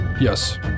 Yes